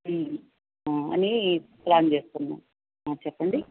అని ప్లాన్ చేసుకుందాం చెప్పండి